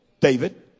David